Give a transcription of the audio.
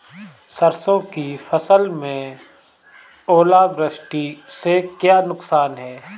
सरसों की फसल में ओलावृष्टि से क्या नुकसान है?